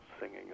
singing